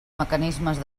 mecanismes